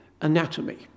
anatomy